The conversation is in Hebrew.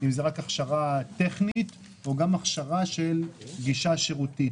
אם זאת רק הכשרה טכנית או גם הכשרה של גישה שירותית,